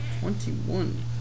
Twenty-one